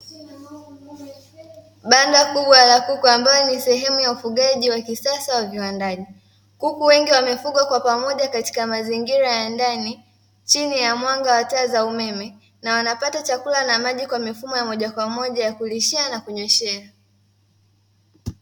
Banda kubwa la kuku ambalo ni sehemu ya ufugaji wa kisasa wa viwandani. Kuku wengi wamefugwa kwa pamoja katika mazingira ya ndani chini ya mwanga wa taa za umeme na wanapata chakula na maji kwa mifumo ya moja kwa moja ya kulishia na kunyoshea.